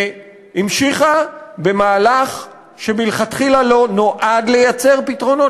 והמשיכה במהלך שמלכתחילה לא נועד לייצר פתרונות